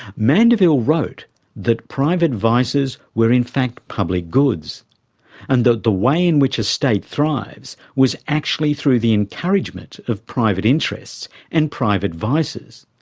mandeville wrote that private vices were in fact public goods and that the way in which a state thrives was actually through the encouragement of private interests and private vices,